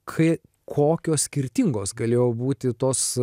kai kokios skirtingos galėjo būti tos